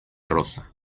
rosa